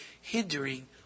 hindering